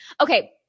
Okay